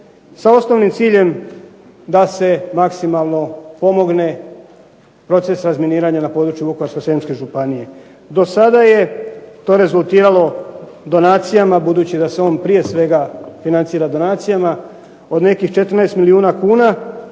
sa osnovnim ciljem da se maksimalno pomogne proces razminiranja na području Vukovarsko-srijemske županije. Dosada je to rezultiralo donacijama, budući da se on prije svega financira donacijama od nekih 14 milijuna kuna